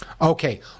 Okay